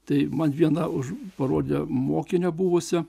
tai man viena už parodė mokinę buvusią